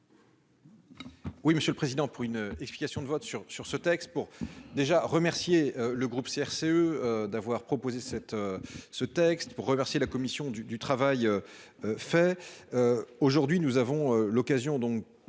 Oui, monsieur le président pour une explication de vote sur sur ce texte pour déjà remercié le groupe CRCE d'avoir proposé cette ce texte pour remercier la Commission du, du travail. Fait. Aujourd'hui, nous avons l'occasion